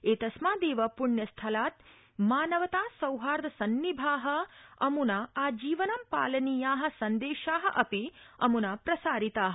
एतस्मादेव पुण्य स्थलात् मानवता सौहार्द सान्निभा आजीवनं पालनीया सन्देशा अपि अमुना प्रसारिता